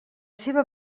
seua